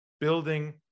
building